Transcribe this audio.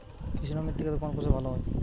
কৃষ্ণ মৃত্তিকা তে কোন ফসল ভালো হয়?